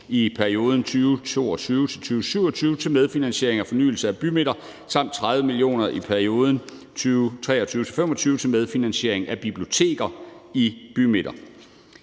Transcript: i perioden 2022-2027 til medfinansiering af fornyelse af bymidter samt 30 mio. kr. i perioden 2023-2025 til medfinansiering af biblioteker i bymidter.